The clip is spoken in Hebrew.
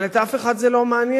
אבל את אף אחד זה לא מעניין.